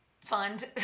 fund